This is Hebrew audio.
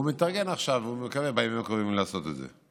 והוא מתארגן עכשיו ומקווה לעשות את זה בימים הקרובים.